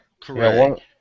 Correct